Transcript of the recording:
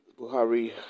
Buhari